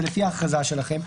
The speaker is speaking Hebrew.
זה לפי ההכרזה שלכם,